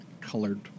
colored